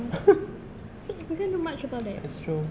it's true